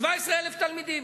17,000 תלמידים.